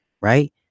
right